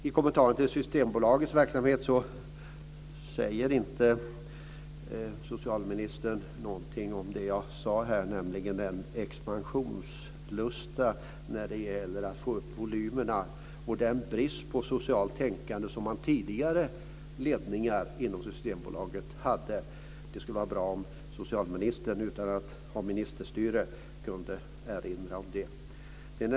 I kommentaren till Systembolagets verksamhet sade socialministern inte något om det som jag tog upp, nämligen om lusten att expandera volymerna och om bristen på sådant socialt tänkande som man haft i tidigare ledningar för Systembolaget. Det skulle vara bra om socialministern utan att utöva ministerstyre kunde erinra om detta.